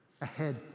ahead